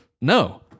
no